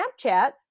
Snapchat